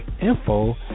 info